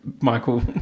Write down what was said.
Michael